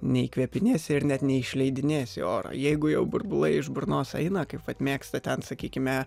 neįkvėpinėsi ir net neišleidinėsi orą jeigu jau burbulai iš burnos eina kaip vat mėgsta ten sakykime